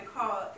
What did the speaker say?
call